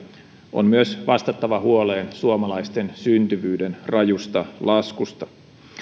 on myös vastattava huoleen suomalaisten syntyvyyden rajusta laskusta